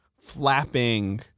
flapping